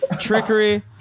trickery